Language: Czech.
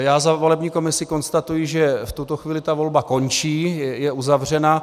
Já za volební komisi konstatuji, že v tuto chvíli volba končí, je uzavřena.